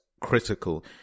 critical